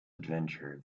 adventure